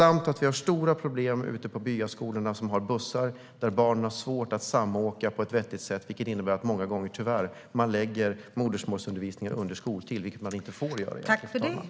Vi har också stora problem ute på byaskolorna, som har bussar. Barnen där har svårt att samåka på ett vettigt sätt, vilket innebär att man tyvärr många gånger lägger modersmålsundervisning på skoltid. Det får man egentligen inte göra, fru talman.